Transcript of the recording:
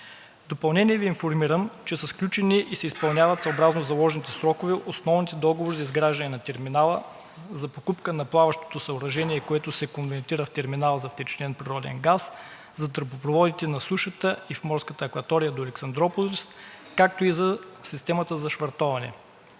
В допълнение Ви информирам, че са сключени и съобразно заложените срокове се изпълняват основните договори за изграждане на терминала, за покупка на плаващото съоръжение, което се конвертира в терминала за втечнен природен газ, за тръбопроводите на сушата и в морската акватория до Александруполис, както и системата за швартоване.